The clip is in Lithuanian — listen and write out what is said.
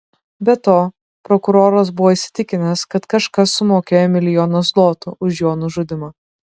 be to prokuroras buvo įsitikinęs kad kažkas sumokėjo milijoną zlotų už jo nužudymą